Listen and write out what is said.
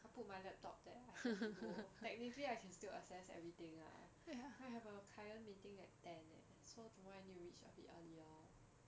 I put my laptop there I have to go technically I can still access everything ah I have a client meeting at ten leh so tomorrow I have to reach a bit earlier